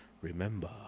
Remember